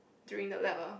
during the lab ah